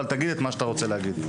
תגיד את מה שאתה רוצה להגיד.